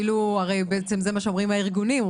זה מה שאומרים הארגונים,